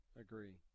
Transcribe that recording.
Agree